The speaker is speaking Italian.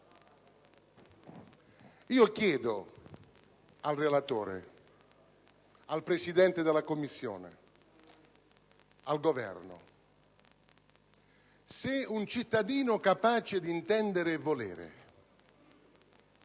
Io chiedo al relatore, al Presidente della Commissione e al Governo: se un cittadino capace di intendere e di volere